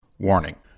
Warning